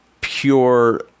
pure